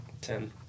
Ten